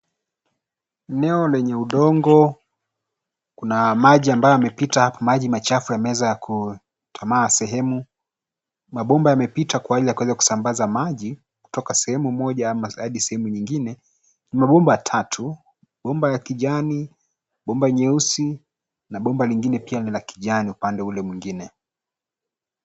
Eneo lenye udongo. Kuna maji ambayo yamepita, maji machafu yameweza kutamaa sehemu. Mabomba yamepita kwa ajili ya kuweza kusambaza maji kutoka sehemu moja hadi sehemu nyingine. Mabomba tatu, bomba la kijani , bomba nyeusi na bomba lingine pia ni la kijani upande ule mwingine.